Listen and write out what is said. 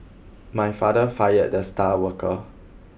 my father fired the star worker